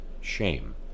shame